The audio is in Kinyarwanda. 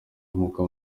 nkuko